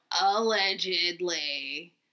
allegedly